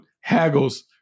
haggles